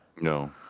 No